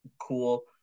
cool